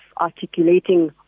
articulating